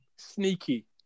Sneaky